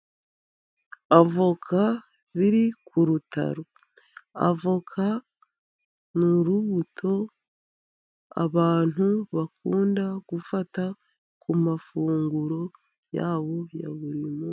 Avoka ziri kurutaro, avoka ni urubuto abantu bakunda gufata ku mafunguro yabo ya buri munsi.